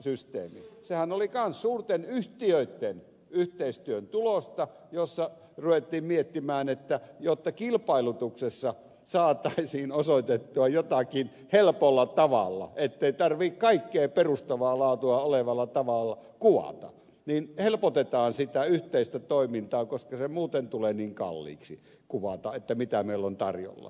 sehän oli kanssa suurten yhtiöitten yhteistyön tulosta jossa ruvettiin miettimään että jotta kilpailutuksessa saataisiin osoitettua jotakin helpolla tavalla ettei tarvitse kaikkea perustavaa laatua olevalla tavalla kuvata niin helpotetaan sitä yhteistä toimintaa koska se muuten tulee niin kalliiksi kuvata mitä meillä on tarjolla